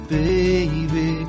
baby